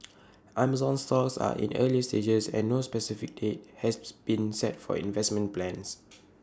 Amazon's talks are in earlier stages and no specific date has been set for investment plans